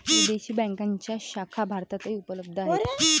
विदेशी बँकांच्या शाखा भारतातही उपलब्ध आहेत